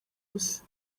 gusa